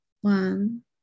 One